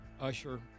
usher